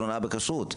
של הונאה בכשרות.